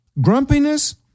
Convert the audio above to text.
Grumpiness